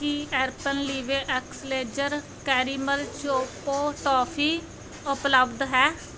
ਕੀ Alpenliebe ਐਕਸਲੇਚਰਜ਼ caramel choco toffee ਉਪਲੱਬਧ ਹੈ